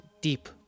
deep